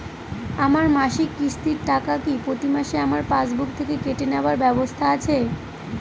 আমার মাসিক কিস্তির টাকা কি প্রতিমাসে আমার পাসবুক থেকে কেটে নেবার ব্যবস্থা আছে?